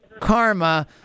Karma